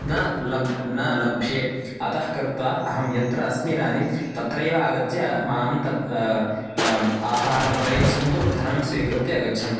न लभ्ये न लभ्ये अतः कृत्वा अहं यत्र अस्मि इदानीं तत्रैव आगत्य मां तत् आहारं प्रयच्छन्तु धनं स्वीकृत्य गच्छन्तु